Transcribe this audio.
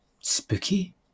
spooky